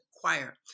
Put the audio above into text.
choir